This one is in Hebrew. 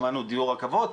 שמענו דיור רכבות,